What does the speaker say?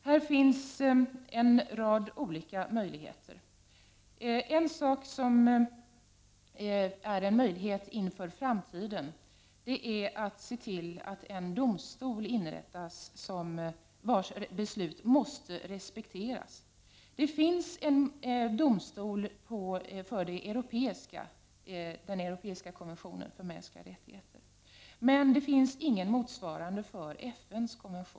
Här finns en rad olika möjligheter. En möjlighet inför framtiden är att se till att en domstol inrättas vars beslut måste respekteras. Det finns en domstol för den europeiska konventionen för mänskliga rättigheter, men det finns ingen motsvarande för FN:s konvention.